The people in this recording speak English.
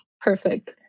perfect